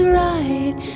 right